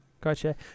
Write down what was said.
Gotcha